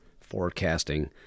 forecasting